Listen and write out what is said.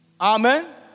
Amen